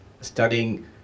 studying